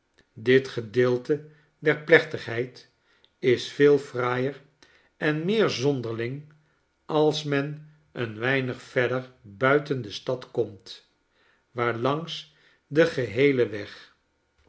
dit'gedeelte dor plechtigheid is veel fraaier enmeer zonderling als men een weinig verder buiten de stad komt waar langs den geheelen weg